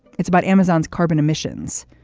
it's about amazon's carbon emissions.